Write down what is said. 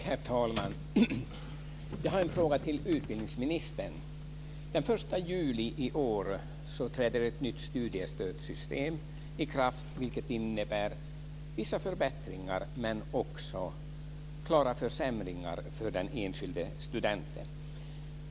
Herr talman! Jag har en fråga till utbildningsministern. Den 1 juli i år träder ett nytt studiestödssystem i kraft. Det innebär vissa förbättringar men också klara försämringar för den enskilde studenten.